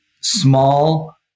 small